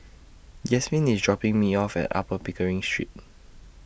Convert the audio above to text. Yasmine IS dropping Me off At Upper Pickering Street